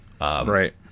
Right